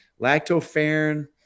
lactoferrin